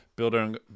building